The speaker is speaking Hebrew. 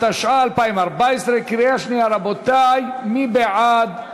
התשע"ה 2014. קריאה שנייה, רבותי, מי בעד?